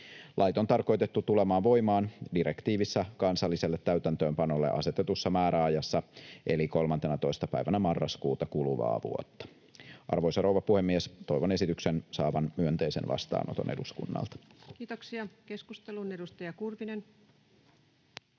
Lait on tarkoitettu tulemaan voimaan direktiivissä kansalliselle täytäntöönpanolle asetetussa määräajassa eli 13. päivänä marraskuuta kuluvaa vuotta. Arvoisa rouva puhemies! Toivon esityksen saavan myönteisen vastaanoton eduskunnalta. Kiitoksia. — Keskusteluun. Edustaja Kurvinen.